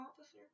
officer